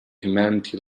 humanity